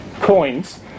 coins